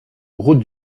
route